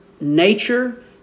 nature